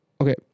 Okay